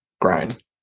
grind